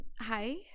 hi